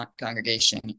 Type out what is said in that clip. Congregation